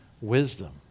Wisdom